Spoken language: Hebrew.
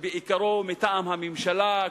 שבעיקרו הוא מטעם הממשלה,